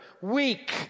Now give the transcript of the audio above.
weak